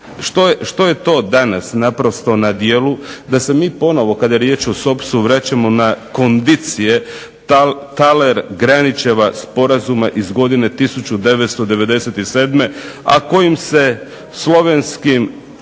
što je to danas naprosto na djelu da se mi ponovno kada je riječ o SOPS-u vraćamo na kondicije Thaler-Granićeva sporazuma iz godine 1997., a kojim se slovenskim